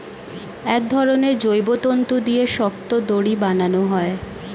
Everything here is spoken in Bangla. এক ধরনের জৈব তন্তু দিয়ে শক্ত দড়ি বানানো হয়